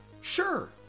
Sure